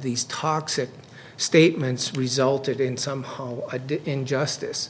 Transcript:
these toxic statements resulted in some hollow eyed injustice